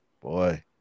Boy